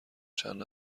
چند